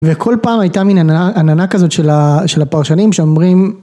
וכל פעם הייתה מין עננה... עננה כזאת, של הפרשנים שאומרים